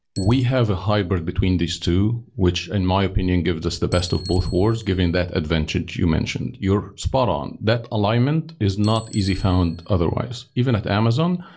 we have a hybrid between these two, which in my opinion gives us the best of both worlds given that advantage you mentioned. you're spot on. that alignment is not easy found otherwise. even at amazon,